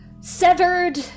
Severed